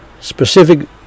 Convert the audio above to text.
Specific